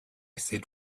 said